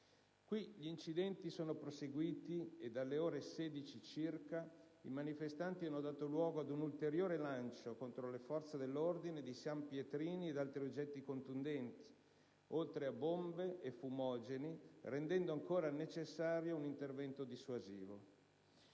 Qui gli incidenti sono proseguiti e, alle ore 16 circa, i manifestanti hanno dato luogo ad un ulteriore lancio contro le forze dell'ordine di sanpietrini ed altri oggetti contundenti, oltre a bombe e fumogeni, rendendo ancora necessario un intervento dissuasivo.